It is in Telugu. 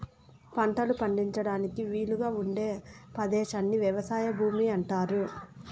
పంటలు పండించడానికి వీలుగా ఉండే పదేశాన్ని వ్యవసాయ భూమి అంటారు